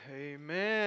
Amen